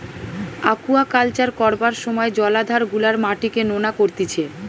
aquaculture করবার সময় জলাধার গুলার মাটিকে নোনা করতিছে